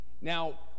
now